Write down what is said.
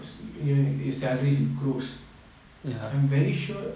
your salaries in gross I'm very sure